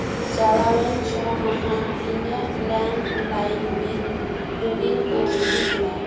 ᱪᱟᱞᱟᱣᱮᱱ ᱪᱷᱚᱢᱟᱦᱟ ᱤᱧᱟᱹᱜ ᱞᱮᱱᱰᱞᱟᱭᱤᱱ ᱵᱤᱞ ᱨᱤᱰᱤᱝ ᱠᱚ ᱩᱫᱩᱜ ᱢᱮ